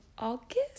August